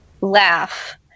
Laugh